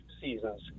seasons